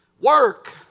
work